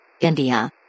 India